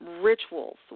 rituals